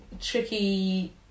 tricky